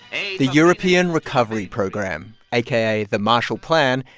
aid. the european recovery program, aka the marshall plan,